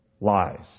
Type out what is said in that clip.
lies